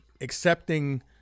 accepting